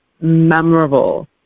memorable